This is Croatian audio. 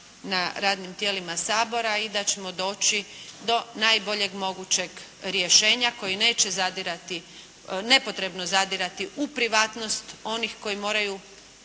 na radnim tijelima Sabora i da ćemo doći do najboljeg mogućeg rješenja koji neće nepotrebno zadirati u privatnost onih koji moraju